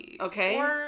Okay